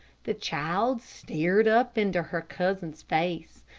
the child stared up into her cousin's face,